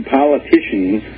politicians